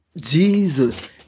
Jesus